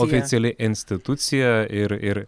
oficiali institucija ir ir